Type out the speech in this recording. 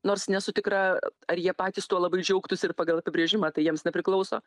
nors nesu tikra ar jie patys tuo labai džiaugtųsi ir pagal apibrėžimą tai jiems nepriklauso